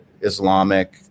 Islamic